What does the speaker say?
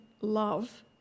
love